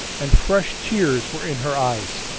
and fresh tears were in her eyes.